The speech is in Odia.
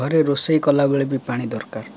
ଘରେ ରୋଷେଇ କଲାବେଳେ ବି ପାଣି ଦରକାର